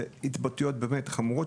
זה התבטאויות באמת חמורות,